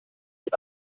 mit